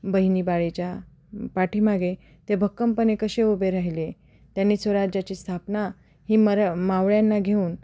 बहिणीबाईच्या पाठीमागे ते भक्कमपणे कसे उभे राहिले त्यांनी स्वराज्याची स्थापना ही मर मावळ्यांना घेऊन